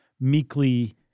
meekly